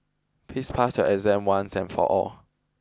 please pass your exam once and for all